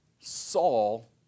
Saul